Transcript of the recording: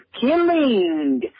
killing